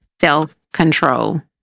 self-control